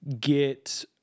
get